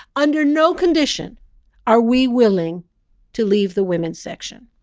under no condition are we willing to leave the women's section.